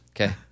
Okay